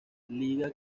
liga